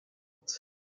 mat